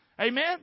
Amen